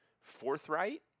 forthright